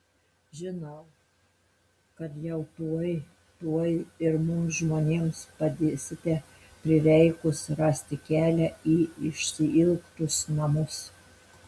žinau kad jau tuoj tuoj ir mums žmonėms padėsite prireikus rasti kelią į išsiilgtus namus